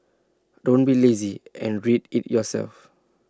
don't be lazy and read IT yourself